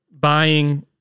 buying